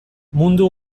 mundu